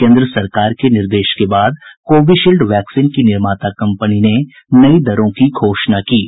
केन्द्र सरकार के निर्देश के बाद कोविशील्ड वैक्सीन की निर्माता कम्पनी ने नई दरों की घोषणा की है